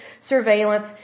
Surveillance